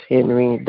Henry